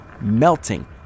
melting